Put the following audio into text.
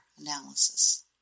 analysis